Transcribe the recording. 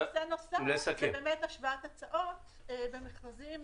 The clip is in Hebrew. ונושא נוסף זה השוואת הצעות במכרזים,